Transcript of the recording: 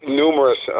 numerous